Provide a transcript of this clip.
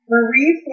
Marie